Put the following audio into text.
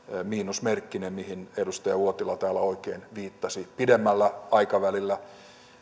miinusmerkkinen mihin edustaja uotila täällä oikein viittasi pidemmällä aikavälillä